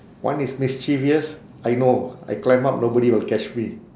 one is mischievous I know I climb up nobody will catch me